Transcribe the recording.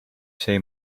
say